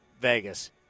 Vegas